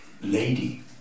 lady